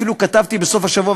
אפילו כתבתי בסוף השבוע,